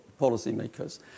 policymakers